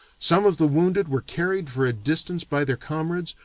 some of the wounded were carried for a distance by their comrades,